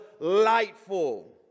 delightful